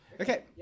Okay